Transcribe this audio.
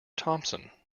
thompson